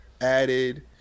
added